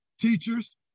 teachers